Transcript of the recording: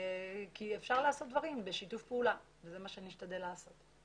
אפשר לעשות דברים בשיתוף פעולה ואת זה נשתדל לעשות.